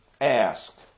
ask